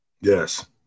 Yes